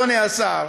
אדוני השר,